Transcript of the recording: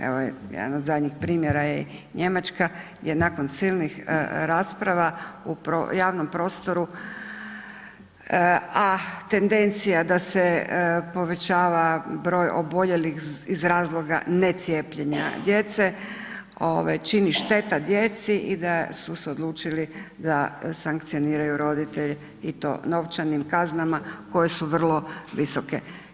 Evo, jedan od zadnjih primjera je Njemačka gdje nakon silnih rasprava u javnom prostoru, a tendencija da se povećava broj oboljelih iz razloga necijepljenja djece, čini šteta djeci i da su se odlučili da sankcioniraju roditelje i to novčanim kaznama koje su vrlo visoke.